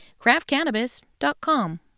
craftcannabis.com